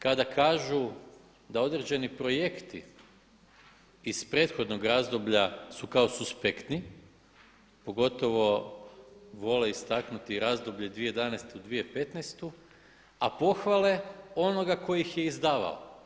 Kada kažu da određeni projekti iz prethodnog razdoblja su kao suspektni, pogotovo volje istaknuti razdoblje 2011. u 2015. a pohvale onoga tko ih je izdavao.